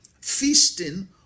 feasting